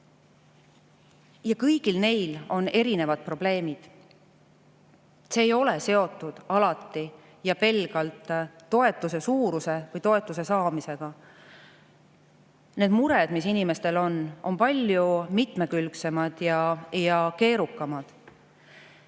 Kõigil neil on erinevad probleemid. Need ei ole seotud alati ja pelgalt toetuse suuruse või toetuse saamisega. Need mured, mis inimestel on, on palju mitmekülgsemad ja keerukamad.